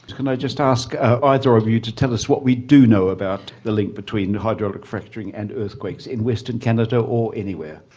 can i just ask either of you to tell us what we do know about the link between hydraulic fracturing and earthquakes in western canada or anywhere?